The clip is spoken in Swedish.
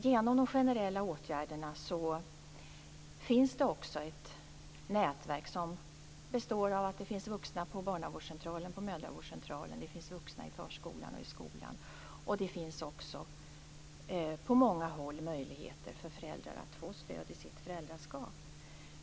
Genom de generella åtgärderna finns det ett nätverk som består av vuxna på barnavårdscentralen, på mödravårdscentralen och i förskolan och skolan. På många håll finns det möjligheter för föräldrar att få stöd i deras föräldraskap.